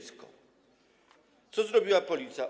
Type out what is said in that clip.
Co zrobiła Policja?